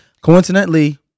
Coincidentally